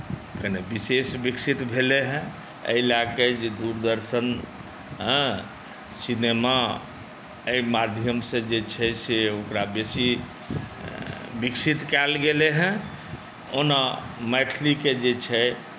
कने विशेष विकसित भेलै हेँ एहि लए कऽ जे दूरदर्शन हँ सिनेमा एहि माध्यमसँ जे छै से ओकरा बेसी विकसित कयल गेलै हेँ ओना मैथिलीके जे छै